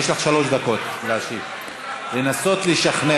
יש לך שלוש דקות להשיב, לנסות לשכנע.